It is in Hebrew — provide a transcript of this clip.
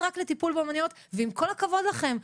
רק לטיפול באמנויות ועם כל הכבוד לכם,